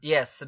Yes